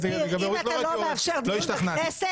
אם אתה לא מאפשר דיון בכנסת,